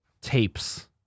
tapes